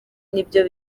nibyo